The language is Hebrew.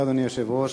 אדוני היושב-ראש,